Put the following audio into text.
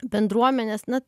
bendruomenes na